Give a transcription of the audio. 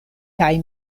kaj